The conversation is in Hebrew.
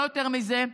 לא יותר מזה,